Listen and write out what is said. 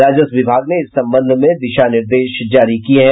राजस्व विभाग ने इस संबंध में दिशा निर्देश जारी किया है